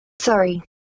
Sorry